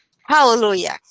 hallelujah